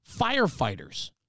firefighters